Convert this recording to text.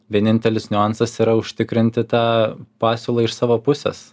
vienintelis niuansas yra užtikrinti tą pasiūlą iš savo pusės